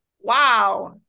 wow